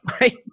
right